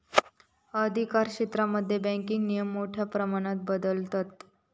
अधिकारक्षेत्रांमध्ये बँकिंग नियम मोठ्या प्रमाणात बदलतत